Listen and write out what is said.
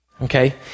Okay